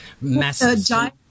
massive